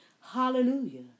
Hallelujah